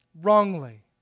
wrongly